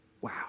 Wow